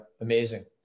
amazing